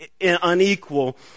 unequal